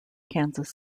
kansas